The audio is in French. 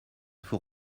faut